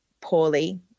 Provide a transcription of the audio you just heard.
poorly